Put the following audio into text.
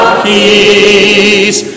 peace